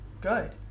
good